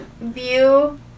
view